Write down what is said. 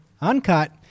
uncut